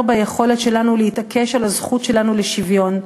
ביכולת שלנו להתעקש על הזכות שלנו לשוויון,